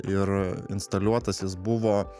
ir instaliuotas jis buvo